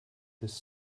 this